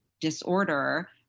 disorder